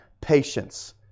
Patience